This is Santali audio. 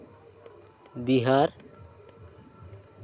ᱵᱤᱦᱟᱨ